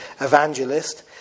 evangelist